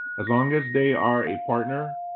as long as they are a partner.